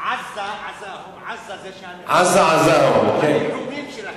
"עזה עזהום" "עזהום" זה הניחומים שלהם.